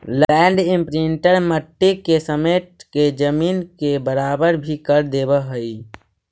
land imprinter मट्टी के समेट के जमीन के बराबर भी कर देवऽ हई